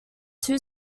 two